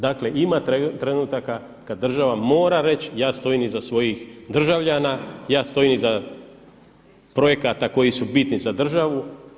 Dakle ima trenutaka kada država mora reći ja stojim iza svojih državljana, ja stojim iza projekata koji su bitni za državu.